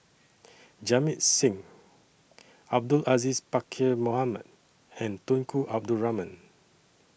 Jamit Singh Abdul Aziz Pakkeer Mohamed and Tunku Abdul Rahman